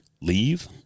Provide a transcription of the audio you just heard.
leave